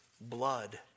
blood